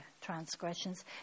transgressions